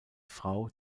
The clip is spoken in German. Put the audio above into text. frau